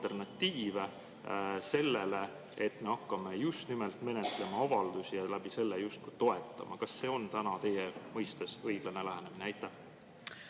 alternatiive sellele, et me hakkame just nimelt menetlema avaldusi ja sellega justkui inimesi toetama. Kas see on teie arvates õiglane lähenemine? Aitäh,